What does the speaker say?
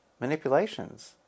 manipulations